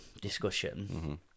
discussion